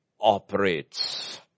operates